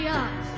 up